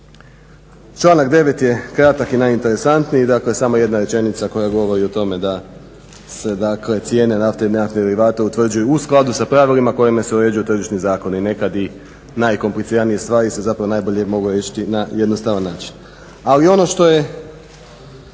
Članak 9. je kratak i najinteresantniji, dakle samo jedna rečenica koja govori o tome da se dakle cijene nafte i naftnih derivata utvrđuju u skladu sa pravilima kojima se uređuju tržišni zakoni. Nekad i najkompliciranije stvari se zapravo najbolje mogu riješiti na jednostavan način. Ali ono što je